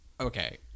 Okay